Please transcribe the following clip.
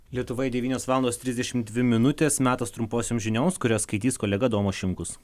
lietuvoje devynios valandos trisdešimt dvi minutės metas trumposioms žinios kurias skaitys kolega domas šimkus